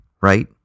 right